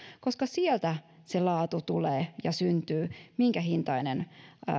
sieltä se laatu tulee ja syntyy minkä hintainen